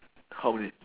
how many